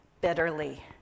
bitterly